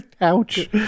ouch